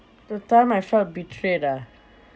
the time I felt betrayed ah